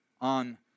on